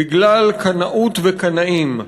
בגלל קנאות וקנאים,